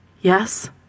Yes